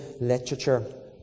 literature